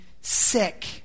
sick